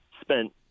Spent